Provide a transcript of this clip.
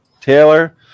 Taylor